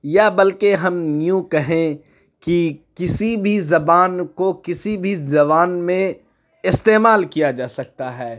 یا بلکہ ہم یوں کہیں کی کسی بھی زبان کو کسی بھی زبان میں استعمال کیا جا سکتا ہے